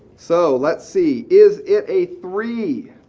so let's see. is it a three?